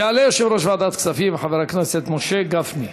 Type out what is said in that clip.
יעלה יושב-ראש ועדת הכספים, חבר הכנסת משה גפני.